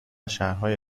شهرهای